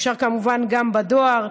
אפשר כמובן גם בדואר,